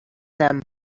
them